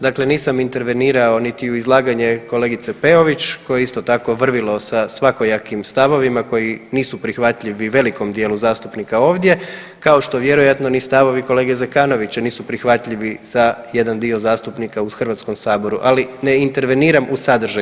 Dakle, nisam intervenirao niti u izlaganje kolegice Peović koje je isto tako vrvilo sa svakojakim stavovima koji nisu prihvatljivi velikom dijelu zastupnika ovdje, kao što vjerojatno ni stavovi kolege Zekanovića nisu prihvatljivi za jedan dio zastupnika u Hrvatskom saboru, ali ne interveniram u sadržaj.